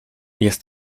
jest